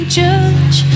judge